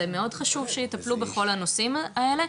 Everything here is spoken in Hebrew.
זה מאוד חשוב שיטפלו בכל הנושאים האלה,